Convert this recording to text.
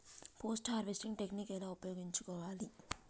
Post harvesting technique ఎలా ఉపయోగించుకోవాలి?